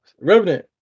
Revenant